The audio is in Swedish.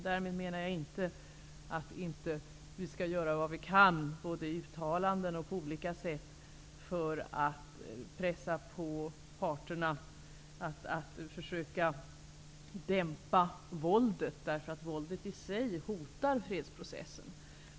Därmed menar jag inte att vi inte skall göra vad vi kan både i form av uttalanden och på andra sätt för att pressa på parterna att försöka dämpa våldet; våldet i sig hotar fredsprocessen.